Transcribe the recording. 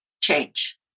change